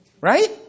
Right